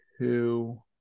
two